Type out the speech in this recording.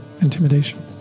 Intimidation